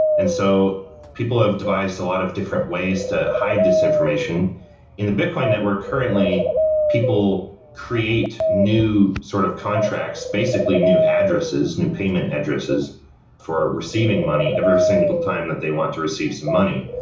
and so people have devised a lot of different ways to hide this information in the bitcoin network currently people create new sort of contracts, basically new addresses, new payment addresses for receiving money every single time that they want to receive some money,